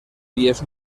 vies